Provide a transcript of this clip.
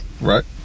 Right